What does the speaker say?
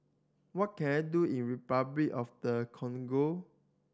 what can I do in Repuclic of the Congo